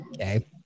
Okay